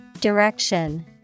Direction